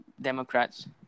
Democrats